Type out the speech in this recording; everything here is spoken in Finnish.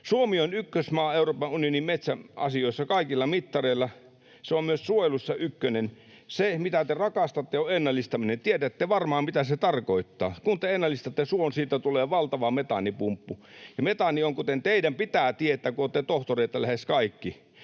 Suomi on ykkösmaa Euroopan unionin metsäasioissa kaikilla mittareilla. Se on myös suojelussa ykkönen. Se, mitä te rakastatte, on ennallistaminen. Tiedätte varmaan, mitä se tarkoittaa. Kun te ennallistatte suon, siitä tulee valtava metaanipumppu. Ja metaani on — kuten teidän pitää tietää, kun olette tohtoreita lähes kaikki